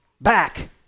Back